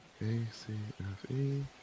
A-C-F-E